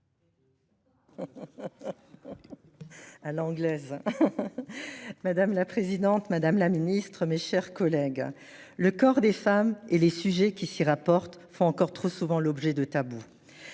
Madame la présidente, madame la ministre, mes chers collègues, le corps des femmes et tout ce qui s'y rapporte sont encore trop souvent tabous.